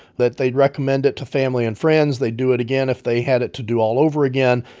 that they'd recommend it to family and friends. they'd do it again if they had it to do all over again.